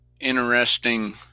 interesting